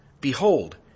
behold